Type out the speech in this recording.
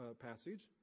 passage